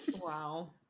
Wow